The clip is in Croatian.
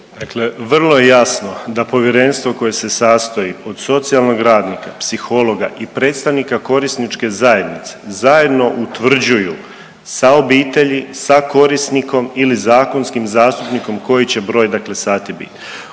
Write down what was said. vrlo jasno da povjerenstvo koje se sastoji od socijalnog radnika, psihologa i predstavnika korisničke zajednice zajedno utvrđuju sa obitelji, sa korisnikom ili zakonskim zastupnikom koji će broj dakle sati biti.